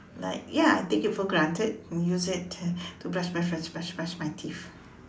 like ya I take it for granted I use it to to brush brush brush brush brush my teeth